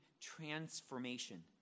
transformation